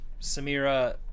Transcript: Samira